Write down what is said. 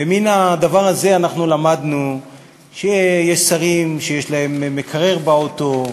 ומן הדבר הזה אנחנו למדנו שיש שרים שיש להם מקרר באוטו,